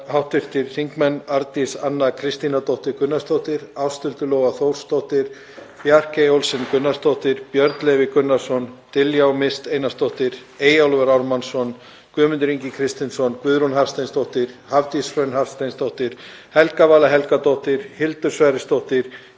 hv. þingmenn Arndís Anna Kristínardóttir Gunnarsdóttir, Ásthildur Lóa Þórsdóttir, Bjarkey Olsen Gunnarsdóttir, Björn Leví Gunnarsson, Diljá Mist Einarsdóttir, Eyjólfur Ármannsson, Guðmundur Ingi Kristinsson, Guðrún Hafsteinsdóttir, Hafdís Hrönn Hafsteinsdóttir, Helga Vala Helgadóttir, Hildur Sverrisdóttir,